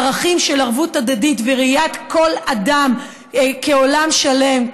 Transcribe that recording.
הערכים של ערבות הדדית וראיית כל אדם כעולם שלם,